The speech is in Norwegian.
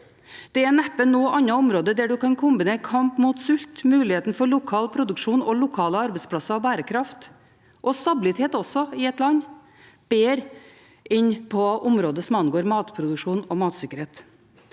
Det er neppe noe annet område der man kan kombinere kamp mot sult, muligheten for lokal produksjon og lokale arbeidsplasser, bærekraft og stabilitet i et land, bedre enn området som angår matproduksjon og matsikkerhet.